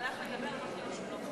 עד כאן אתה צודק.